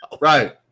Right